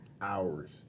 hours